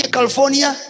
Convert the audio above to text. California